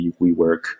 WeWork